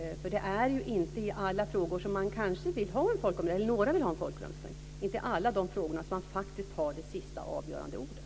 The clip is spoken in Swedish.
Det är ju inte i alla frågor som man kanske vill ha en folkomröstning eller som några vill ha en folkomröstning, inte i alla de frågor där man faktiskt har det sista avgörande ordet.